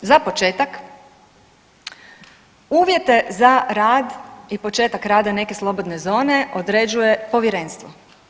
Za početak uvjete za rad i početak rada neke slobodne zone određuje povjerenstvo.